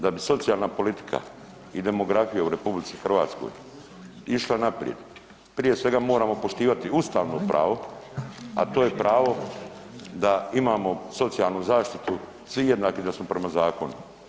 Da bi socijalna politika i demografija u RH išla naprijed prije svega moramo poštivati ustavno pravo, a to je pravo da imamo socijalnu zaštitu, svi jednaki da smo prema zakonu.